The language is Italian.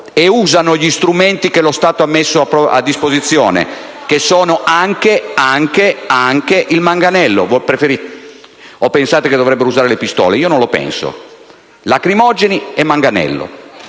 e usano gli strumenti che lo Stato ha messo a disposizione, che sono anche i manganelli. O pensate che dovrebbero usare le pistole? Io non lo penso: lacrimogeni e manganello.